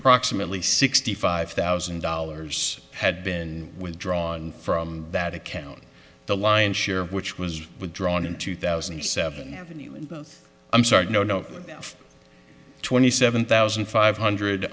proximately sixty five thousand dollars had been withdrawn from that account the lion's share of which was withdrawn in two thousand and seven ave and i'm sorry no no twenty seven thousand five hundred